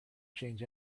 change